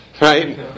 Right